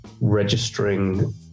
registering